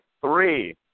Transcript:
three